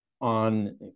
on